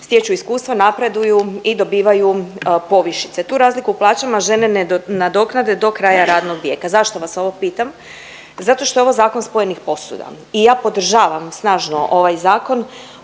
stječu iskustva, napreduju i dobivaju povišice, tu razliku u plaćama žene ne nadoknade do kraja radnog vijeka. Zašto vas ovo pitam? Zato što je ovo zakon spojenih posuda i ja podržavam snažno ovaj zakon